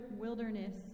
wilderness